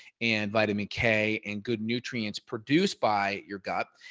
and vitamin k and good nutrients produced by your gut.